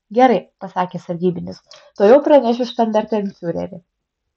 gerai pasakė sargybinis tuojau pranešiu štandartenfiureri